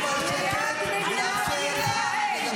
לשמור על שקט ולאפשר לה לדבר.